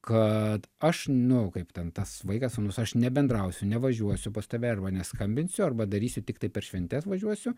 kad aš nu kaip ten tas vaikas sūnus aš nebendrausiu nevažiuosiu pas tave arba neskambinsiu arba darysiu tiktai per šventes važiuosiu